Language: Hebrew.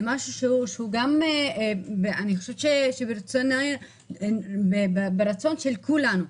זה דבר שהוא על פי הרצון של כולנו.